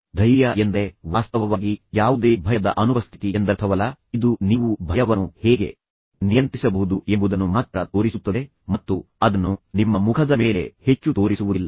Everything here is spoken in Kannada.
ಧೈರ್ಯ ಎಂದರೆ ವಾಸ್ತವವಾಗಿ ಯಾವುದೇ ಭಯದ ಅನುಪಸ್ಥಿತಿ ಎಂದರ್ಥವಲ್ಲ ಇದು ನೀವು ಭಯವನ್ನು ಹೇಗೆ ನಿಯಂತ್ರಿಸಬಹುದು ಎಂಬುದನ್ನು ಮಾತ್ರ ತೋರಿಸುತ್ತದೆ ಮತ್ತು ಅದನ್ನು ನಿಮ್ಮ ಮುಖದ ಮೇಲೆ ಹೆಚ್ಚು ತೋರಿಸುವುದಿಲ್ಲ